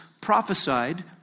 prophesied